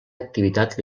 activitat